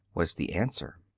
was the answer.